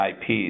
IPs